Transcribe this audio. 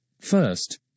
First